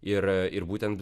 ir ir būtent